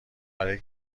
برای